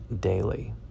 daily